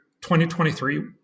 2023